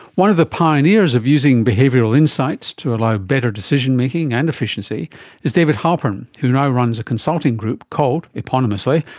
one of the pioneers of using behavioural insights to allow better decision making and efficiency is david halpern who now runs a consulting group called, eponymously,